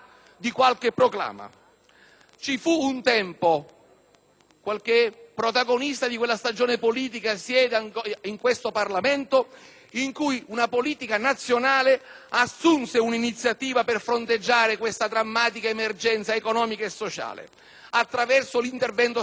qualche protagonista di quella stagione politica siede in questo Parlamento - in cui la politica nazionale assunse un'iniziativa per fronteggiare questa drammatica emergenza economica e sociale, attraverso l'intervento straordinario. L'intuizione era apprezzabile;